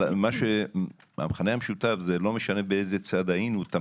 המכנה המשותף, לא